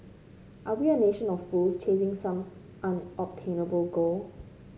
are we a nation of fools chasing some unobtainable goal